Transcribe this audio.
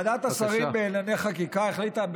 ועדת השרים לענייני חקיקה החליטה,